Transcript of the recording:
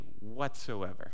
whatsoever